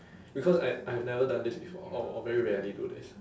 because I I have never done this before or or very rarely do this